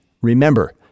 Remember